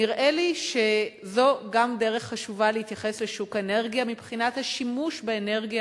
נראה לי שזאת גם דרך חשובה להתייחס לשוק האנרגיה מבחינת השימוש באנרגיה